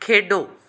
ਖੇਡੋ